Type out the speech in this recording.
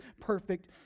perfect